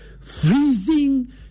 freezing